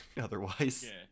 otherwise